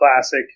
classic